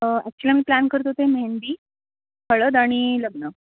actually आम plan करत होते मेहंदी हळद आणि लग्न